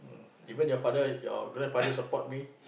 even your father your grandfather support me